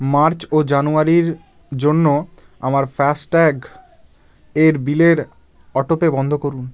March ও জানুয়ারির জন্য আমার ফাস্ট্যাগ এর বিলের অটোপে বন্ধ করুন